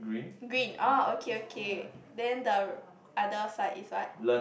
green orh okay okay then the other side is what